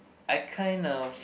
I kind of